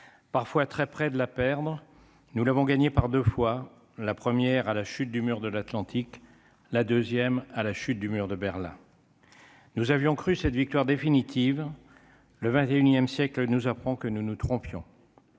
parfois très près de la perdre, nous l'avons gagnée par 2 fois, la première à la chute du mur de l'Atlantique, la deuxième à la chute du mur de Berlin, nous avions cru cette victoire définitive le XXIe siècle nous apprend que nous ne trompe